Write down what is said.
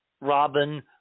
Robin